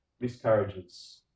miscarriages